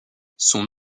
son